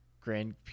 grand